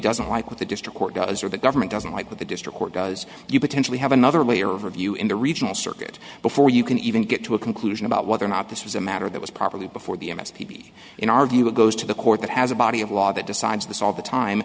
doesn't like what the district court does or the government doesn't like what the district court does you potentially have another layer of review in the regional circuit before you can even get to a conclusion about whether or not this was a matter that was properly before the s p p in our view it goes to the court that has a body of law that decides this all the time